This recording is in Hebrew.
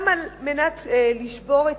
גם על מנת לשבור את